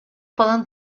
poden